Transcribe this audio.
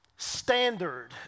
standard